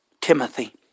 Timothy